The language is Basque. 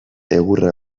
egurra